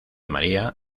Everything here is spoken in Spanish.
maría